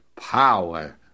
power